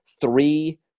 three